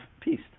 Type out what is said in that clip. peace